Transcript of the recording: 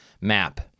map